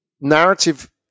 narrative